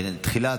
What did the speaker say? תחילה,